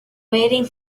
waiting